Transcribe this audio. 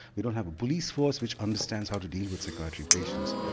we don't have a police force which understands how to deal with psychiatric patients.